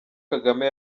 kagame